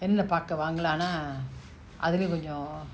என்ன பாக்க வாங்கல ஆனா அதுலயு கொஞ்சோ:enna paaka vaangala aana athulayu konjo